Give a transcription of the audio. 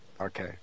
Okay